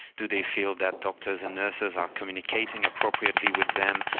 do they feel that doctors and nurses are communicating appropriately with them?